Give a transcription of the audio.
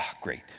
great